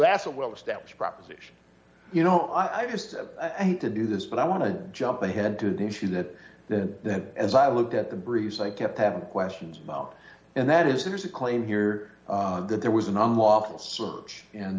that's a well established proposition you know i just i had to do this but i want to jump ahead to the issue that that as i looked at the briefs i kept having questions about and that is there's a claim here that there was an unlawful search and